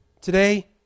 Today